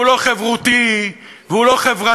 הוא לא חברותי, והוא לא חברתני.